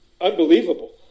unbelievable